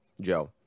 Joe